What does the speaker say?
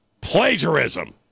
Plagiarism